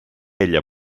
ella